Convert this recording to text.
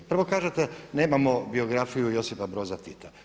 Prvo kažete nemamo biografiju Josipa Broza Tita.